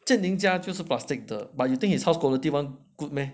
杰迎家就是 plastic 的 but you think the house quality one good meh